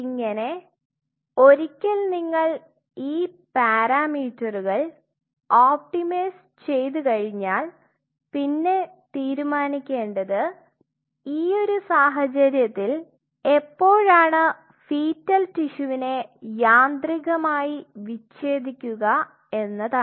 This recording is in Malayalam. ഇങ്ങനെ ഒരിക്കൽ നിങ്ങൾ ഈ പാരാമീറ്ററുകൾ ഒപ്റ്റിമൈസ് ചെയ്തുകഴിഞ്ഞാൽ പിന്നെ തീരുമാനിക്കേണ്ടത് ഈ ഒരു സാഹചര്യത്തിൽ എപ്പോഴാണ് ഫീറ്റൽ ടിഷ്യുവിനെ യാന്ത്രികമായി വിച്ഛേദിക്കുക എന്നതാണ്